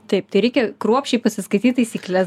taip tai reikia kruopščiai pasiskaityt taisykles